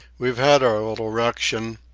we've had our little ruction,